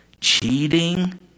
cheating